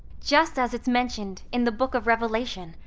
just as it's mentioned in the book of revelation.